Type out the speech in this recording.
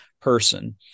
person